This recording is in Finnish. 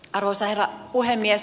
arvoisa herra puhemies